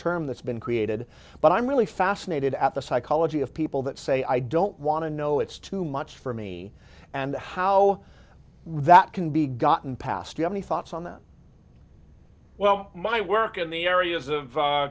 term that's been created but i'm really fascinated at the psychology of people that say i don't want to know it's too much for me and how that can be gotten past you have any thoughts on that well my work in the areas of